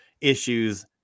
issues